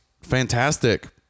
fantastic